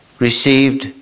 received